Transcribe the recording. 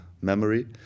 memory